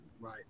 Right